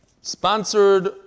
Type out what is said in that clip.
Sponsored